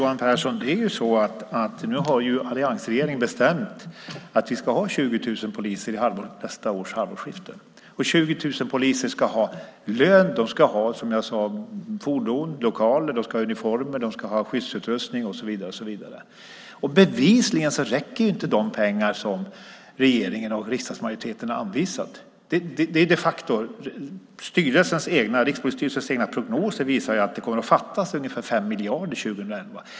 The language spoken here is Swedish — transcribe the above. Herr talman! Alliansregeringen har ju bestämt att vi ska ha 20 000 poliser vid nästa års halvårsskifte. De ska ha lön. De ska, som jag sade, ha fordon, lokaler, uniformer, skyddsutrustning och så vidare. Bevisligen räcker inte de pengar som regeringen och riksdagsmajoriteten har anvisat. Rikspolisstyrelsens egna prognoser visar att det kommer att fattas ungefär 5 miljarder 2011.